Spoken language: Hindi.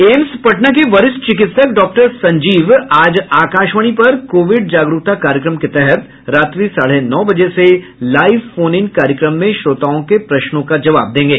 एम्स पटना के वरिष्ठ चिकित्सक डॉक्टर संजीव आज आकाशवाणी पर कोविड जागरूकता कार्यक्रम के तहत रात्रि साढ़े नौ बजे से लाईव फोन इन कार्यक्रम में श्रोताओं के प्रश्नों का जवाब देंगे